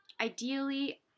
ideally